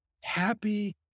happy